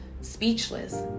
speechless